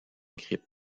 grippe